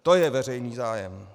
To je veřejný zájem.